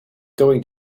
going